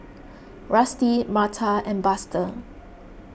Rusty Marta and Buster